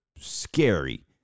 scary